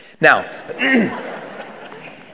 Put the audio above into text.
Now